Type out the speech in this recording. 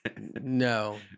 No